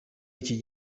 iki